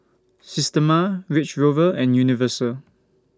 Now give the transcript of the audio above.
Systema Range Rover and Universal